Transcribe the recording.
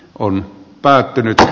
oli päätynyt